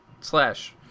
slash